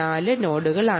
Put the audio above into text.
4 നോഡുകളാണ്